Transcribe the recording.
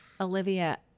Olivia